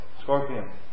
scorpion